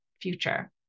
future